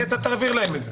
כי אתה תעביר להם את זה.